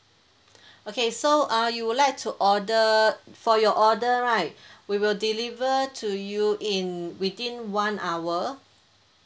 okay so uh you would like to order for your order right we will deliver to you in within one hour